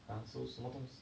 ah so 什么东西